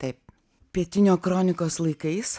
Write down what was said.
taip pietinia kronikos laikais